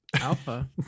alpha